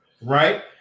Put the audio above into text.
right